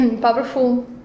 powerful